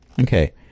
Okay